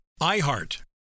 IHEART